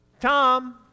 Tom